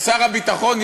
שר הביטחון,